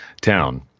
town